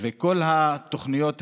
וכל התוכניות למיניהן,